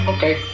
Okay